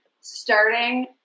starting